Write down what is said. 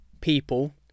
people